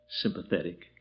Sympathetic